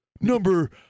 number